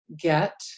get